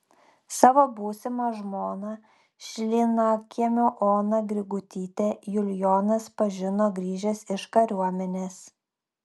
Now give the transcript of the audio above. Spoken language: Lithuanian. savo būsimą žmoną šlynakiemio oną grigutytę julijonas pažino grįžęs iš kariuomenės